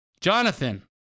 Jonathan